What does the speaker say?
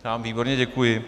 Tam, výborně, děkuji.